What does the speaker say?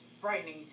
frightening